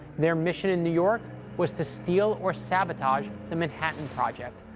their mission in new york was to steal or sabotage the manhattan project.